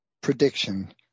prediction